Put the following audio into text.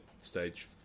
stage